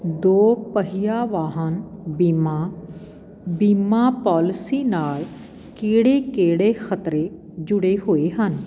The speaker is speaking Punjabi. ਦੋਪਹੀਆ ਵਾਹਨ ਬੀਮਾ ਬੀਮਾ ਪੋਲਿਸੀ ਨਾਲ ਕਿਹੜੇ ਕਿਹੜੇ ਖ਼ਤਰੇ ਜੁੜੇ ਹੋਏ ਹਨ